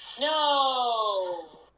No